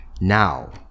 Now